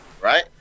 right